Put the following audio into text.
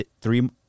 three